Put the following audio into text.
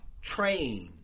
trained